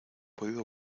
podido